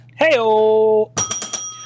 Heyo